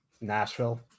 Nashville